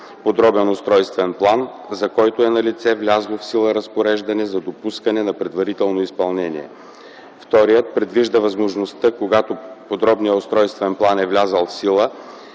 подробен устройствен план, за който е налице влязло в сила разпореждане за допускане на предварително изпълнение. Вторият предвижда възможността, когато подробният устройствен план е влязъл в сила